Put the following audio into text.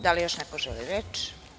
Da li još neko želi reč?